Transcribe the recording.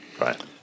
right